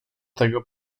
tego